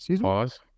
Pause